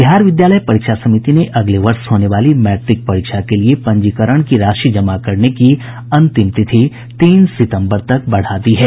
बिहार विद्यालय परीक्षा समिति ने अगले वर्ष होने वाली मैट्रिक परीक्षा के लिये पंजीकरण की राशि जमा करने की अंतिम तिथि तीन सितंबर तक बढ़ा दी है